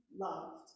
loved